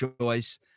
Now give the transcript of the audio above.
choice